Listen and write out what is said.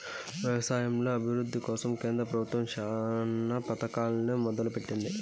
వ్యవసాయంలో అభివృద్ది కోసం కేంద్ర ప్రభుత్వం చానా పథకాలనే మొదలు పెట్టింది